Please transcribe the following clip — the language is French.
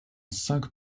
cinq